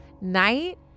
night